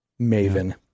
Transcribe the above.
maven